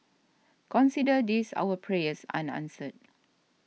consider this our prayers unanswered